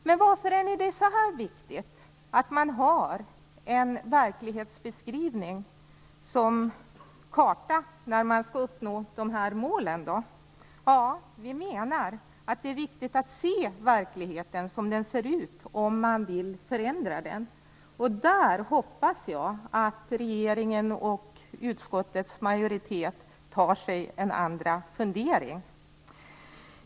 Men varför är det då så viktigt att ha en verklighetsbeskrivning som karta när man skall uppnå de här målen? Vi menar att det är viktigt att se verkligheten som den ser ut om man vill förändra den. I det sammanhanget hoppas jag att regeringen och utskottets majoritet tar sig en andra fundering.